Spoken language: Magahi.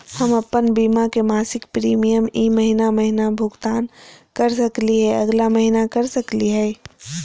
हम अप्पन बीमा के मासिक प्रीमियम ई महीना महिना भुगतान कर सकली हे, अगला महीना कर सकली हई?